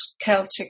Celtic